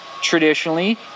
traditionally